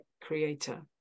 creator